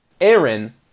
Aaron